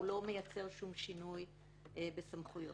הוא לא מייצר שום שינוי בסמכויות.